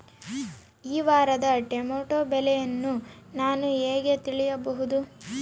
ಈ ವಾರದ ಟೊಮೆಟೊ ಬೆಲೆಯನ್ನು ನಾನು ಹೇಗೆ ತಿಳಿಯಬಹುದು?